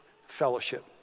fellowship